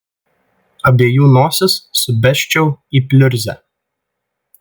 abiejų nosis subesčiau į pliurzę